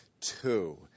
two